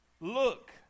look